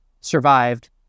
survived